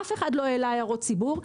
אף אחד לא העלה הערות ציבור,